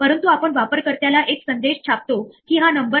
प्रथम आपण काही शब्दावलीवर त्वरेने तोडगा काढू या